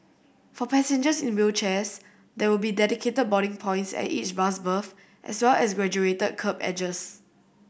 for passengers in wheelchairs there will be dedicated boarding points at each bus berth as well as graduated kerb edges